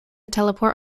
teleport